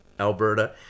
Alberta